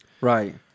right